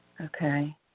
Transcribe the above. Okay